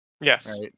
Yes